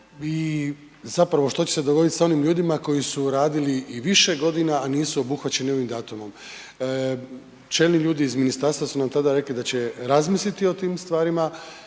i zapravo što će se dogodit sa onim ljudima koji su radili i više godina, a nisu obuhvaćeni ovim datumom? Čelni ljudi iz ministarstva su nam tada rekli da će razmisliti o tim stvarima